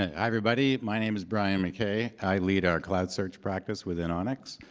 and everybody. my name is bryan mckay. i lead our cloud search practice within onix.